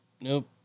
Nope